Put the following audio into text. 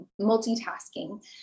multitasking